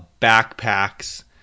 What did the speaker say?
backpacks